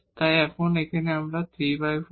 তাই এখন আমরা 34 করব